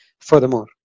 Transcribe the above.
furthermore